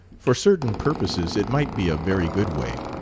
for certain purposes it might be a very good way.